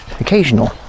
occasional